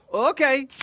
ok.